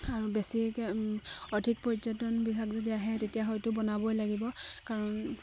আৰু বেছিকৈ অধিক পৰ্যটন বিভাগ যদি আহে তেতিয়া হয়টো বনাবই লাগিব কাৰণ